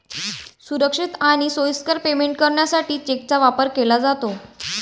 सुरक्षित आणि सोयीस्कर पेमेंट करण्यासाठी चेकचा वापर केला जातो